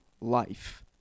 life